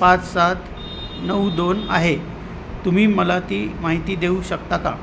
पाच सात नऊ दोन आहे तुम्ही मला ती माहिती देऊ शकता का